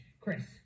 Chris